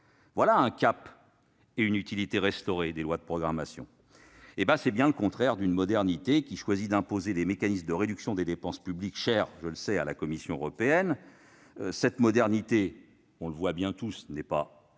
Voilà un cap et une utilité restaurée des lois de programmation ! Tout le contraire d'une « modernité » qui choisit d'imposer les mécanismes de réduction des dépenses publiques, chers à la Commission européenne, une modernité bien loin d'être